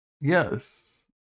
yes